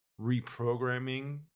reprogramming